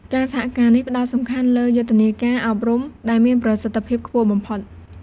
ការសហការនេះផ្តោតសំខាន់លើយុទ្ធនាការអប់រំ ដែលមានប្រសិទ្ធភាពខ្ពស់បំផុត។